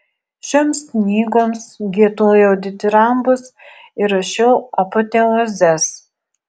šioms knygoms giedojau ditirambus ir rašiau apoteozes